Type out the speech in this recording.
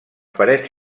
parets